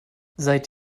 seit